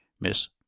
Miss